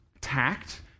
tact